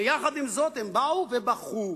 ויחד עם זאת הם באו ובכו.